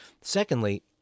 Secondly